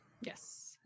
yes